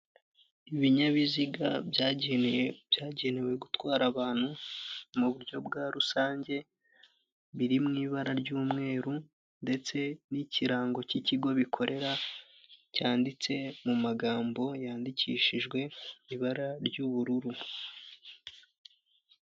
Ibinyabiziga byagenewe gutwara abantu mu buryo bwa rusange biri mu ibara ry'umweru ndetse n'ikirango cy'ikigo bikorera cyanditse mu magambo yandikishijwe ibara ry'ubururu.